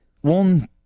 one